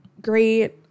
great